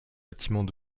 bâtiments